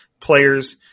players